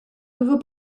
nouveau